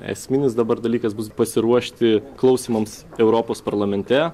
esminis dabar dalykas bus pasiruošti klausymams europos parlamente